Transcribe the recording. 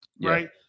Right